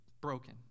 broken